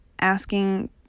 Asking